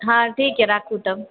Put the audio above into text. हँ ठीक यए राखू तब